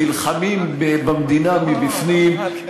נלחמים במדינה מבפנים,